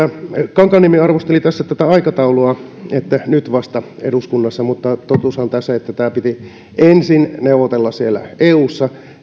kankaanniemi arvosteli tässä tätä aikataulua että nyt vasta eduskunnassa mutta totuushan on että tämä piti ensin neuvotella siellä eussa